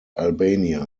albania